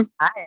Hi